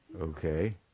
Okay